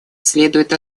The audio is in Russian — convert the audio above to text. следует